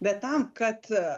bet tam kad